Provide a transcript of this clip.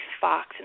Fox